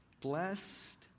blessed